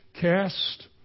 cast